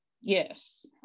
Yes